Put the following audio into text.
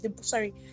sorry